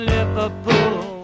Liverpool